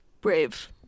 brave